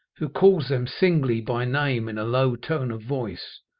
who calls them singly by name in a low tone of voice,